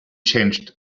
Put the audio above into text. changed